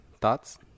thoughts